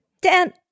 Dan